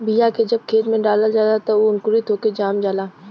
बीया के जब खेत में डालल जाला त उ अंकुरित होके जाम जाला